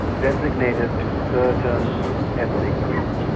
designated to certain ethnic groups,